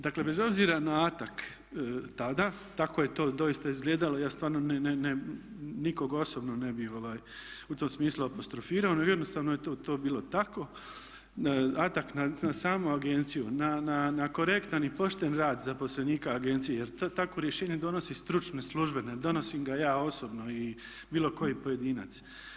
Dakle, bez obzira na atak tada tako je to doista izgledalo ja stvarno nikog osobno ne bih u tom smislu apostrofirao, nego jednostavno je to bilo tako, atak na samu agenciju, na korektan i pošten rad zaposlenika agencije jer takvo rješenje donosi stručne službe, ne donosim ga ja osobno i bilo koji pojedinac.